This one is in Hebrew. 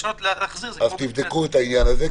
אז תבדקו את העניין הזה,